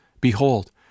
Behold